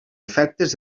efectes